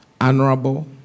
honorable